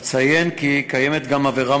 אציין כי קיימת גם עבירה